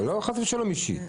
חס ושלום, לא אישית.